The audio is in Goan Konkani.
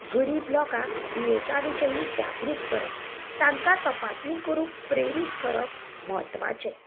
गरीब लोकांक दुयेसां विशयी जागृत करप तांकां तपासणी करूंक प्रेरीत करप म्हत्वाचें